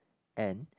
and